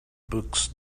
books